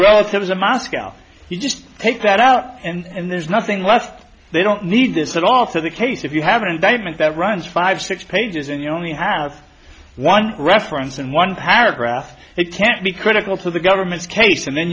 relatives in moscow you just take that out and there's nothing left they don't need this at all so the case if you have an indictment that runs five six pages in you only have one reference and one paragraph it can't be critical to the government's case and then